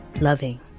loving